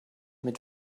mit